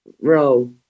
row